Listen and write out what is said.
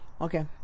Okay